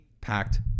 packed